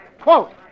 Quote